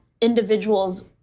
individuals